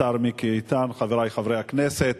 השר מיקי איתן, חברי חברי הכנסת,